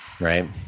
Right